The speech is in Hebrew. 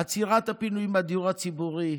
עצירת הפינוי מהדיור הציבורי,